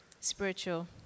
spiritual